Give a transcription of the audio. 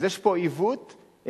אז יש פה עיוות מובנה,